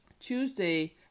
Tuesday